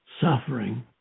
suffering